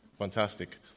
fantastic